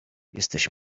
jesteś